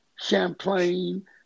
Champlain